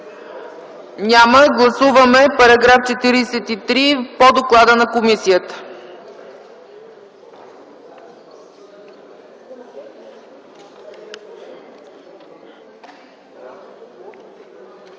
няма. Гласуваме § 43 по доклада на комисията.